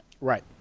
Right